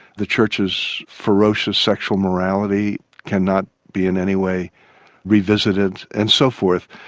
the church's ferocious sexual morality cannot be in any way revisited and so forth.